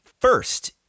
first